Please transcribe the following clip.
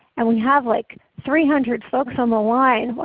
and we have like three hundred folks on the line.